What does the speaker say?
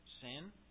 sin